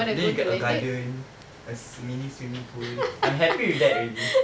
then you get a garden a mini swimming pool I'm happy with that already